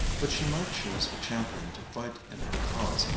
but she might choose a champion to fight in her cause,